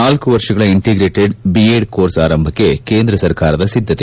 ನಾಲ್ಕು ವರ್ಷಗಳ integrated BEd course ಆರಂಭಕ್ಷೆ ಕೇಂದ್ರ ಸರ್ಕಾರದ ಸಿದ್ದತೆ